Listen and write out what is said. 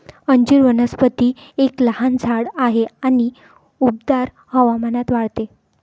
अंजीर वनस्पती एक लहान झाड आहे आणि उबदार हवामानात वाढते